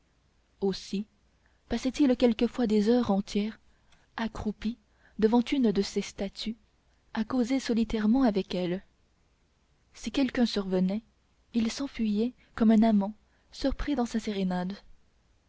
aussi passait-il quelquefois des heures entières accroupi devant une de ces statues à causer solitairement avec elle si quelqu'un survenait il s'enfuyait comme un amant surpris dans sa sérénade